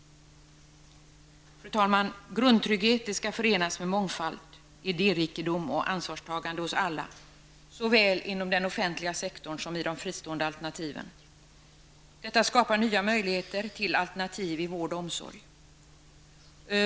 Fru talman! Grundtrygghet skall förenas med mångfald, idérikedom och ansvarstagande hos alla, såväl inom den offentliga sektorn som inom de fristående alternativen. Detta skapar nya möjligheter till alternativ i vård och omsorg.